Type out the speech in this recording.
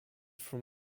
from